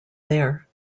there